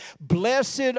blessed